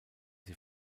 sie